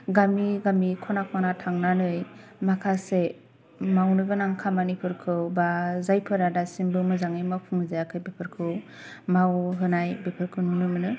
गामि गामि ख'ना ख'ना थांनानै माखासे मावनो गोनां खामानिफोरखौ बा जायफोरा दासिमबो मोजाङै मावफुं जायाखै बेफोरखौ मावहोनाय बेफोरखौ नुनो मोनो